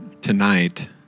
tonight